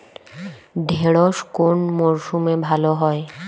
ঢেঁড়শ কোন মরশুমে ভালো হয়?